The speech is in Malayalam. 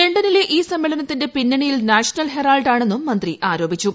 ലണ്ടനിലെ ഈ സമ്മേളനത്തിന്റ പിന്നണിയിൽ നാഷണൽ ഹെറാൾഡ് ആണെന്നും മന്ത്രി ആരോപിച്ചു